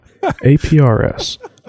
APRS